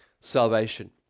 salvation